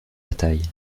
bataille